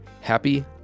happy